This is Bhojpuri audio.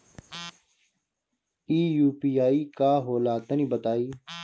इ यू.पी.आई का होला तनि बताईं?